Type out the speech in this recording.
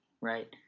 right